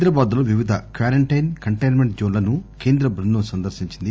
హైదరాబాద్ లో వివిధ quarantine containment జోన్లను కేంద్ర బృందం సందర్పించింది